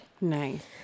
Nice